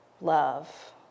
love